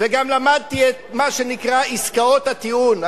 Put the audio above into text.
וגם למדתי את מה שנקרא עסקאות הטיעון,